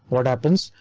what happens?